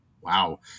wow